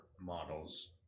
models